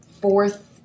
fourth